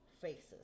faces